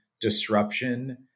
disruption